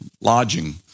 lodging